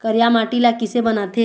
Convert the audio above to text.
करिया माटी ला किसे बनाथे?